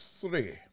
three